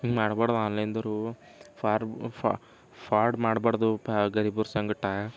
ಹಿಂಗೆ ಮಾಡ್ಬಾರ್ದು ಆನ್ಲೈನ್ದವ್ರು ಫಾರ್ ಫಾರ್ಡ್ ಮಾಡ್ಬಾರ್ದು ಗರೀಬರ ಸಂಗಡ